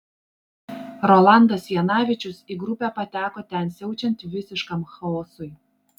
rolandas janavičius į grupę pateko ten siaučiant visiškam chaosui